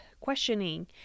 questioning